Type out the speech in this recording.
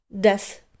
Death